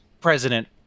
president